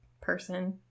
person